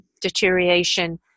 deterioration